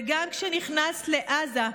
וגם כשנכנס לעזה,